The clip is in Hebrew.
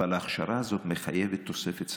אבל ההכשרה הזאת מחייבת תוספת שכר,